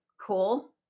Cool